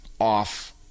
off